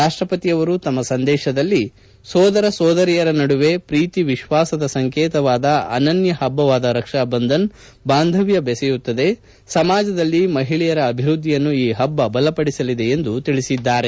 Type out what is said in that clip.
ರಾಷ್ಟಪತಿ ಅವರು ತಮ್ನ ಸಂದೇಶದಲ್ಲಿ ಸೋದರ ಸೋದರಿಯರ ನಡುವೆ ಪ್ರೀತಿ ವಿಶ್ವಾಸದ ಸಂಕೇತವಾದ ಅನನ್ನ ಹಭ್ಗವಾದ ರಕ್ಷಾಬಂಧನ್ ಬಾಂಧವ್ನ ಬೆಸೆಯುತ್ತದೆ ಸಮಾಜದಲ್ಲಿ ಮಹಿಳೆಯರ ಅಭಿವ್ವದ್ಲಿಯನ್ನು ಈ ಹಭ್ಗ ಬಲಪಡಿಸಲಿದೆ ಎಂದು ತಿಳಿಸಿದ್ದಾರೆ